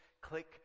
click